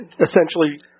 essentially